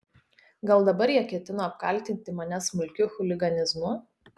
gal dabar jie ketino apkaltinti mane smulkiu chuliganizmu